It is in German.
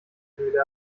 höhle